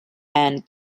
and